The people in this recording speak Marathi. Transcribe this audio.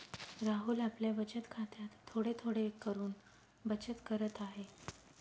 राहुल आपल्या बचत खात्यात थोडे थोडे करून बचत करत आहे